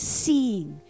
seeing